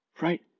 Right